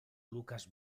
lucas